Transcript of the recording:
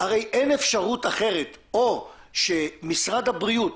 הרי אין אפשרות אחרת, או שמשרד הבריאות,